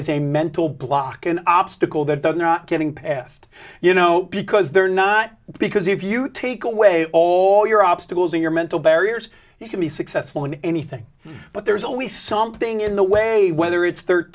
is a mental block an obstacle that they're not getting past you know because they're not because if you take away all your obstacles in your mental barriers you can be successful in anything but there's always something in the way whether it's thir